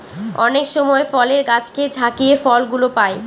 অনেক সময় ফলের গাছকে ঝাকিয়ে ফল গুলো পাই